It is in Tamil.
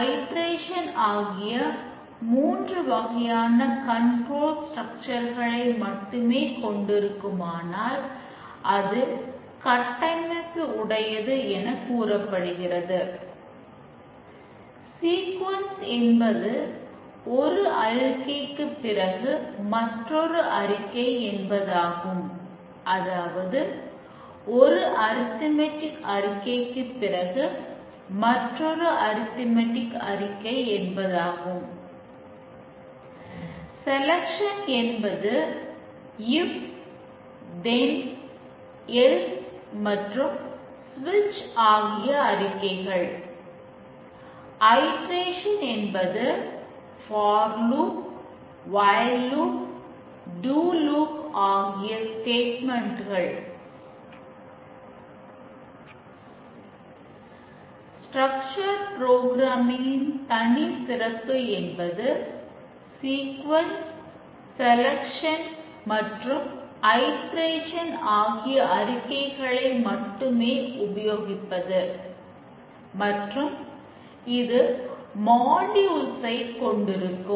ஸ்ட்ரக்சர் ப்ரோக்ராம் கொண்டிருக்கும்